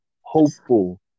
hopeful